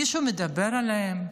מישהו מדבר עליהם?